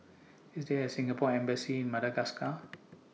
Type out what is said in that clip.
IS There A Singapore Embassy in Madagascar